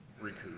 recoup